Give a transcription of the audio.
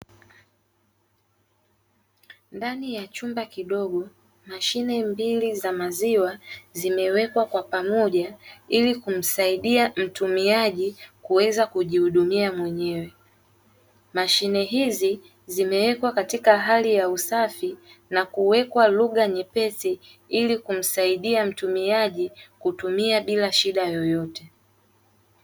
Ndani ya chumba kidogo mashine mbili za maziwa zimewekwa kwa pamoja ili kumsaidia mtumiaji kuweza kujihudumia mwenyewe, mashine hizi zimewekwa katika hali ya usafi na kuwekwa lugha nyepesi ili kumsaidia mtumiaji kutumia bila shida yoyote.